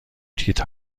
تیتر